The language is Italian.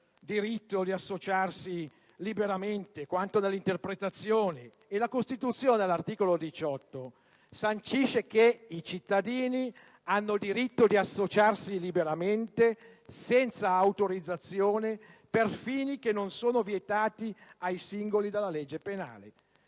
diritto di associarsi liberamente. La Costituzione, all'articolo 18, sancisce: «I cittadini hanno diritto di associarsi liberamente, senza autorizzazione, per fini che non sono vietati ai singoli dalla legge penale».